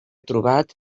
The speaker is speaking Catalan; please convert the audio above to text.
trobat